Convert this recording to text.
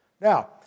Now